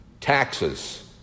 taxes